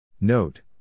Note